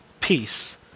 peace